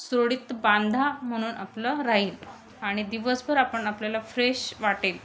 सोडित बांधा म्हणून आपलं राहील आणि दिवसभर आपण आपल्याला फ्रेश वाटेल